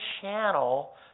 channel